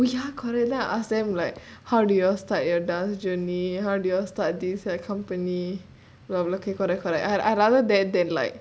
one day I ta~ oh ya correct then I ask them like how did you all start your dance journey how did you all start this like company okay okay correct correct I I'd rather that than like